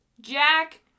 Jack